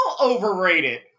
overrated